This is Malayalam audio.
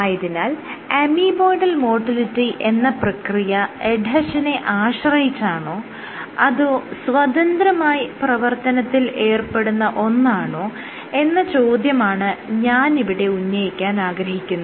ആയതിനാൽ അമീബോയ്ഡൽ മോട്ടിലിറ്റി എന്ന പ്രക്രിയ എഡ്ഹെഷനെ ആശ്രയിച്ചാണോ അതോ സ്വതന്ത്രമായി പ്രവർത്തനത്തിൽ ഏർപ്പെടുന്ന ഒന്നാണോ എന്ന ചോദ്യമാണ് ഞാൻ ഇവിടെ ഉന്നയിക്കാൻ ആഗ്രഹിക്കുന്നത്